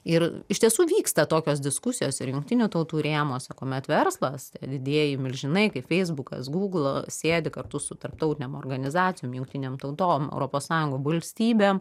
ir iš tiesų vyksta tokios diskusijos ir jungtinių tautų rėmuose kuomet verslas tie didieji milžinai kaip feisbukas google sėdi kartu su tarptautinėm organizacijom jungtinėm tautom europos sąjunga balstybėm